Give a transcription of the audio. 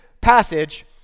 passage